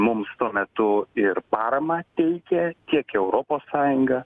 mums tuo metu ir paramą teikė tiek europos sąjunga